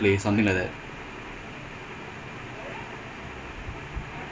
it does it does no lah it's a good thing also lah like you see like I think